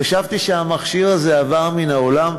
חשבתי שהמכשיר הזה עבר מן העולם.